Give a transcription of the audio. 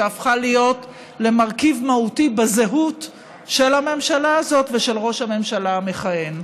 שהפכה להיות מרכיב מהותי בזהות של הממשלה הזאת ושל ראש הממשלה המכהן.